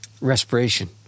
respiration